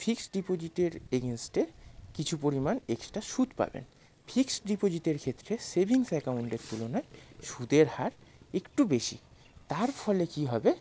fix ডিপোজিটের এগেনস্টে কিছু পরিমাণ এক্সট্রা সুদ পাবেন ফিক্স ডিপোজিটের ক্ষেত্রে সেভিংস অ্যাকাউন্টের তুলনায় সুদের হার একটু বেশি তার ফলে কী হবে